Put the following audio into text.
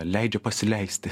leidžia pasileisti